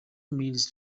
needs